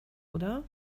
oder